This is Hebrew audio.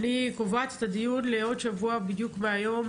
אני קובעת את הדיון לעוד שבוע בדיוק מהיום,